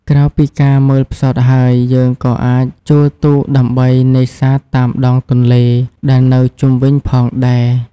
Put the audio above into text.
ក្រៅពីការមើលផ្សោតហើយ យើងក៏អាចជួលទូកដើម្បីនេសាទតាមដងទន្លេដែលនៅជុំវិញផងដែរ។